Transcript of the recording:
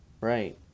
right